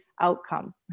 outcome